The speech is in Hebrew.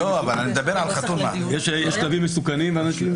כלבים מסוכנים.